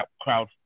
crowd